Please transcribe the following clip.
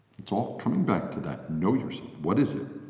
it's all coming back to that know yourself! what is it?